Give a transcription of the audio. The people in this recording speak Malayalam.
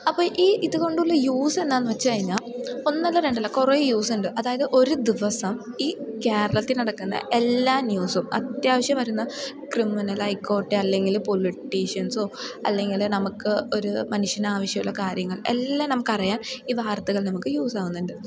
അപ്പം ഈ ഇതു കൊണ്ടുള്ള യൂസെന്നായെന്നു വെച്ചു കഴിഞ്ഞാൽ ഒന്നല്ല രണ്ടല്ല കുറേ യൂസുണ്ട് അതായത് ഒരു ദിവസം ഈ കേരളത്തിൽ നടക്കുന്ന എല്ലാ ന്യൂസും അത്യാവശ്യം വരുന്ന ക്രിമിനൽ ആയിക്കോട്ടേ അല്ലെങ്കിൽ പൊളിറ്റീഷ്യൻസോ അല്ലെങ്കിൽ നമുക്ക് ഒരു മനുഷ്യനാവശ്യമുള്ള കാര്യങ്ങൾ എല്ലാം നമുക്കറിയാൻ ഈ വാർത്തകൾ നമുക്ക് യൂസാകുന്നുണ്ട്